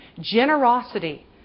generosity